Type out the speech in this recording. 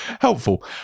helpful